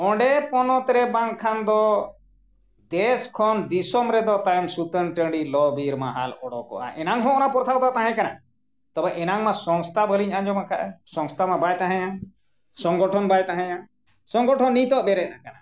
ᱚᱸᱰᱮ ᱯᱚᱱᱚᱛ ᱨᱮ ᱵᱟᱝᱠᱷᱟᱱ ᱫᱚ ᱫᱮᱥ ᱠᱷᱚᱱ ᱫᱤᱥᱚᱢ ᱨᱮᱫᱚ ᱛᱟᱭᱚᱢ ᱥᱩᱛᱟᱹᱱ ᱴᱟᱺᱰᱤ ᱞᱚ ᱵᱤᱨ ᱢᱟᱦᱟᱞ ᱚᱰᱚᱠᱚᱜᱼᱟ ᱮᱱᱟᱱ ᱦᱚᱸ ᱚᱱᱟ ᱯᱨᱚᱛᱷᱟ ᱫᱚ ᱛᱟᱦᱮᱸ ᱠᱟᱱᱟ ᱛᱚᱵᱮ ᱮᱱᱟᱱ ᱢᱟ ᱥᱚᱝᱥᱛᱷᱟ ᱵᱟᱹᱞᱤᱧ ᱟᱸᱡᱚᱢ ᱟᱠᱟᱫᱟ ᱥᱚᱝᱥᱛᱷᱟ ᱢᱟ ᱵᱟᱭ ᱛᱟᱦᱮᱸᱭᱟ ᱥᱚᱝᱜᱚᱴᱷᱚᱱ ᱵᱟᱭ ᱛᱟᱦᱮᱸᱭᱟ ᱥᱚᱝᱜᱚᱴᱷᱚᱱ ᱱᱤᱛᱳᱜ ᱵᱮᱨᱮᱫ ᱟᱠᱟᱱᱟ